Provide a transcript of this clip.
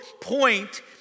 point